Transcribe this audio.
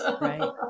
Right